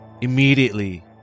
immediately